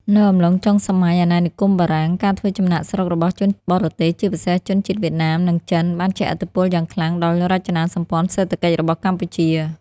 នៅអំឡុងចុងសម័យអាណានិគមបារាំង ការធ្វើចំណាកស្រុករបស់ជនបរទេស ជាពិសេសជនជាតិវៀតណាម និងចិន បានជះឥទ្ធិពលយ៉ាងខ្លាំងដល់រចនាសម្ព័ន្ធសេដ្ឋកិច្ចរបស់កម្ពុជា។